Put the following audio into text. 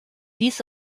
dies